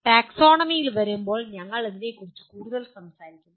ടാക്സോണമിയിൽ വരുമ്പോൾ ഞങ്ങൾ ഇതിനെക്കുറിച്ച് കൂടുതൽ സംസാരിക്കും